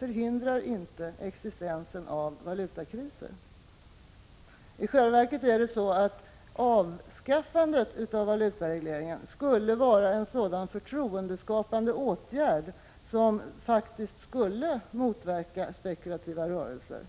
hindrar inte uppkomsten av valutakriser. I själva verket skulle avskaffandet av valutaregleringar vara en sådan förtroendeskapande åtgärd som faktiskt skulle motverka spekulativa rörelser.